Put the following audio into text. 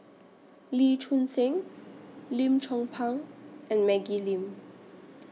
Lee Choon Seng Lim Chong Pang and Maggie Lim